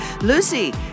Lucy